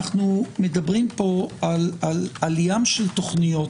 אנחנו מדברים פה על ים של תכניות,